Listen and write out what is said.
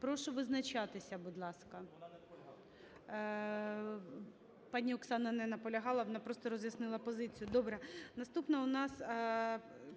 Прошу визначатися, будь ласка. Пані Оксана не наполягала, вона просто роз'яснила позицію. Добре. Наступна у нас